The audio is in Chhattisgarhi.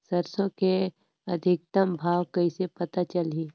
सरसो के अधिकतम भाव कइसे पता चलही?